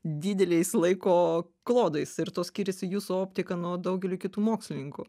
dideliais laiko klodais ir tuo skiriasi jūsų optika nuo daugelio kitų mokslininkų